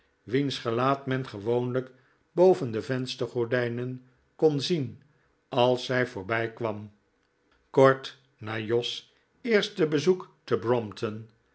wiens gelaat men gewoonlijk boven de venstergordijnen kon zien als zij voorbijkwam kort na jos eerste bezoek te